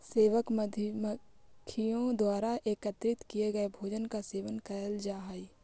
सेवक मधुमक्खियों द्वारा एकत्रित किए गए भोजन का सेवन करल जा हई